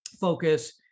focus